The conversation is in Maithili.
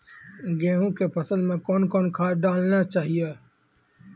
गेहूँ के फसल मे कौन कौन खाद डालने चाहिए?